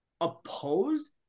opposed